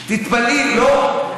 תתפלאי, לא.